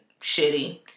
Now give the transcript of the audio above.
shitty